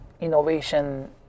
innovation